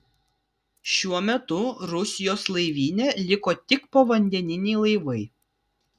šiuo metu rusijos laivyne liko tik povandeniniai laivai